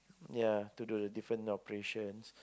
ya today different operations